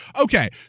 Okay